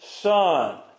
Son